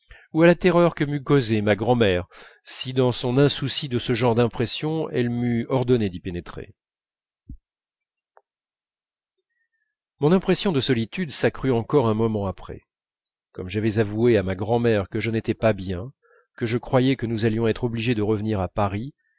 ou à la terreur que m'eût causée ma grand'mère si dans son insouci de ce genre d'impressions elle m'eût ordonné d'y pénétrer mon impression de solitude s'accrut encore un moment après comme j'avais avoué à ma grand'mère que je n'étais pas bien que je croyais que nous allions être obligés de revenir à paris